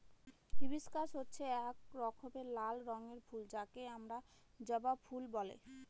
hibiscus হচ্ছে এক রকমের লাল রঙের ফুল যাকে আমরা জবা ফুল বলে